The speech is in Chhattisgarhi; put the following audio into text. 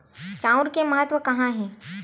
चांउर के महत्व कहां हे?